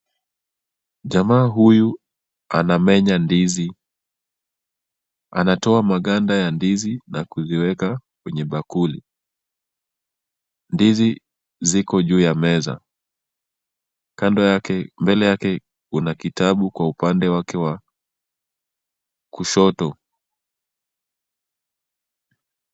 Jamaa huyu anamenya ndizi. Anatoa maganda ya ndizi na kuziweka kwenye bakuli. Ndizi ziko juu ya meza, kando yake, mbele yake kuna kitabu kwa upande wake wa kushoto.